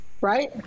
right